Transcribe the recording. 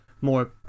more